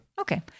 Okay